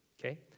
okay